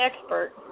expert